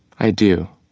i do